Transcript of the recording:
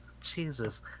Jesus